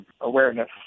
awareness